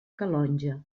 calonge